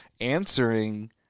answering